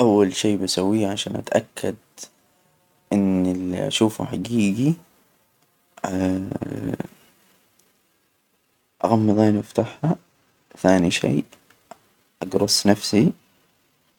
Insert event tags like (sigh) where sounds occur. أول شي بسويه عشان أتأكد.، إن إللي أشوفه حجيجي. (hesitation) غمض عيني، وأفتحها. ثاني شي أجرص نفسي